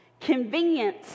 Convenience